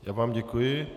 Já vám děkuji.